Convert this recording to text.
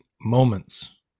moments